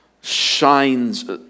shines